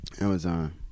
Amazon